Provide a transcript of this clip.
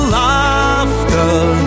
laughter